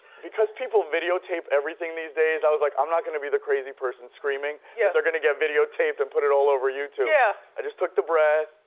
because people videotape everything these days, i was like, i'm not gonna be the crazy person screaming, and yeah they're gonna get videotaped and put it all over youtube. yeah. i just took the breath,